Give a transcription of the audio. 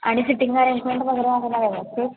आणि sitting arrangement वगैरे लागते